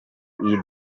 eat